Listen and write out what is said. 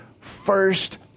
first